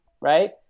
Right